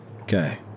Okay